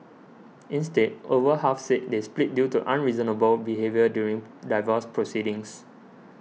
instead over half said they split due to unreasonable behaviour during divorce proceedings